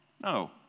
No